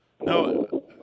No